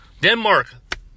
Denmark